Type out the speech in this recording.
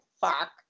Fuck